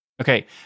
Okay